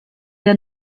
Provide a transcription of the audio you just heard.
der